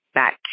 back